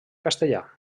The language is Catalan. castellà